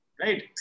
right